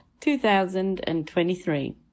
2023